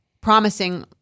promising